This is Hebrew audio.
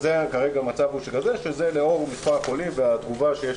המצב כרגע הוא שלאור מספר החולים והתגובה שיש